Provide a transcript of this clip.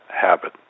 habit